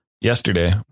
yesterday